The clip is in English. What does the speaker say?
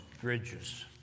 Bridges